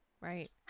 right